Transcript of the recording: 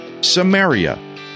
Samaria